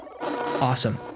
awesome